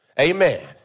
Amen